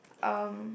um